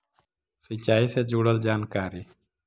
सिंचाई से जुड़ल जानकारी?